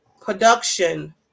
production